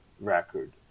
record